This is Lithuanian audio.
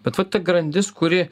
bet va ta grandis kuri